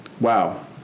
wow